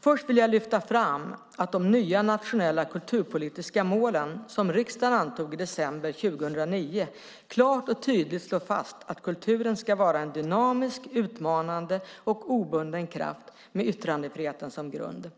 Först vill jag lyfta fram att de nya nationella kulturpolitiska målen som riksdagen antog i december 2009 klart och tydligt slår fast att kulturen ska vara en dynamisk, utmanande och obunden kraft med yttrandefriheten som grund.